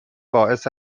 باعث